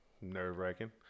nerve-wracking